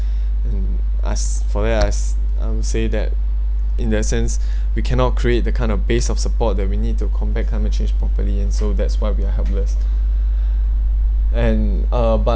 and as for that as I'll say that in that sense we cannot create the kind of base of support that we need to combat climate change properly and that's why we are helpless and uh but